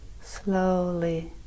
slowly